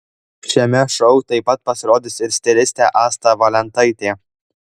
šiame šou taip pat pasirodys ir stilistė asta valentaitė